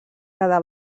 quedà